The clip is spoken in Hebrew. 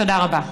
תודה רבה.